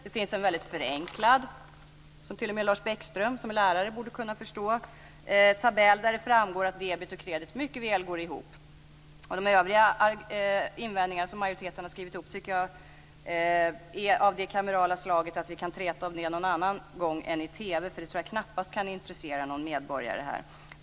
Det finns en väldigt förenklad tabell, som t.o.m. Lars Bäckström, som är lärare, borde kunna förstå, där det framgår att debet och kredit mycket väl går ihop. De övriga invändningar som majoriteten har skrivit upp tycker jag är av det kamerala slaget att vi kan träta om det någon annan gång än när debatten sänds i TV, för jag tror att det knappast kan intressera någon medborgare.